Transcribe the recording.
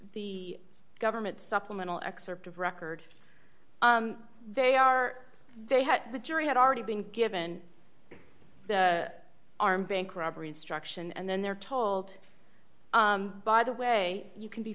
the government supplemental excerpt of record they are they had the jury had already been given the armed bank robbery instruction and then they're told by the way you can be